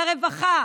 לרווחה,